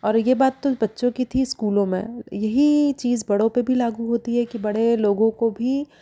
और ये बात तो बच्चों की थी स्कूलों में यही चीज बड़ों पर भी लागू होती है कि बड़े लोगों को भी